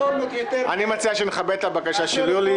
אני מציע שנכבד את הבקשה של יולי,